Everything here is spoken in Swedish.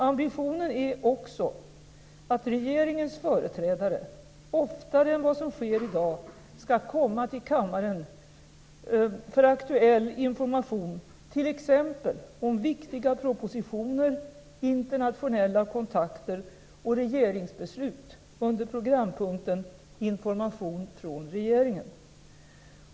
Ambitionen är också att regeringens företrädare oftare än vad som sker i dag skall komma till kammaren för aktuell information, t.ex. om viktiga propositioner, internationella kontakter och regeringsbeslut, under programpunkten Information från regeringen.